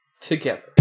together